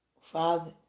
Father